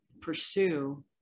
pursue